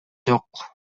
жок